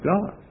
God